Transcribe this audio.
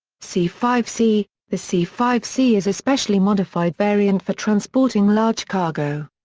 c five c the c five c is a specially modified variant for transporting large cargo.